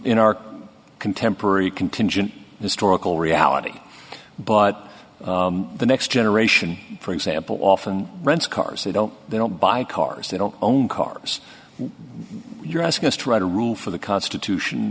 in our contemporary contingent historical reality but the next generation for example often rents cars they don't they don't buy cars they don't own cars you're asking us to write a rule for the constitution